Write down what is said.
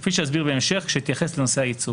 כפי שאסביר בהמשך כשאתייחס לנושא הייצוג.